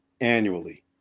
annually